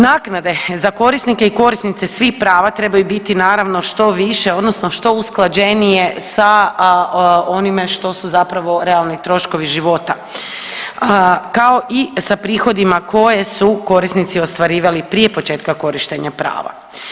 Naknade za korisnike i korisnice svih prava trebaju biti, naravno, što više, odnosno što usklađenije sa onime što su zapravo realni troškovi života, kao i sa prihodima koje su korisnici ostvarivali prije početka korištenja prava.